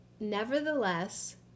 nevertheless